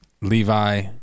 Levi